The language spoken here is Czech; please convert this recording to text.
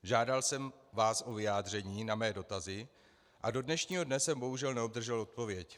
Žádal jsem vás o vyjádření na své dotazy, a do dnešního dne jsem, bohužel, neobdržel odpověď.